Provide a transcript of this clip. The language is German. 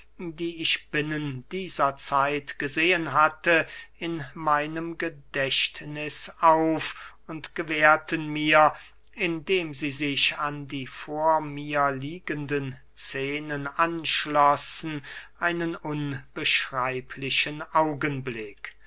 die ich binnen dieser zeit gesehen hatte in meinem gedächtniß auf und gewährten mir indem sie sich an die vor mir liegenden scenen anschlossen einen unbeschreiblichen augenblick